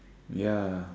ya